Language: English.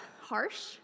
harsh